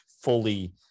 fully